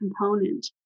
component